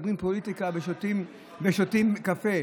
כשמדברים פוליטיקה ושותים קפה.